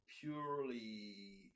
purely